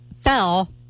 fell